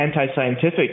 anti-scientific